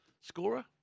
scorer